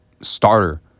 starter